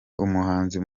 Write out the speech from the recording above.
umuhanzi